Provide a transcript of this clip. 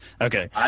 Okay